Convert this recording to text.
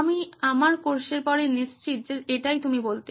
আমি আমার কোর্সের পরে নিশ্চিত যে এটাই তুমি বলতে